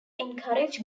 encourage